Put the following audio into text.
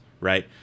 right